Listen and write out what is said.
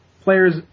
players